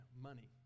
money